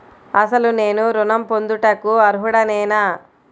అసలు నేను ఋణం పొందుటకు అర్హుడనేన?